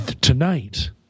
tonight